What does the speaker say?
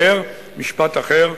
משפט אחר,